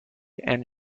and